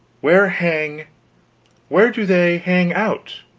where hang where do they hang out